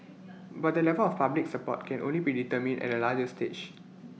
but the level of public support can only be determined at A later stage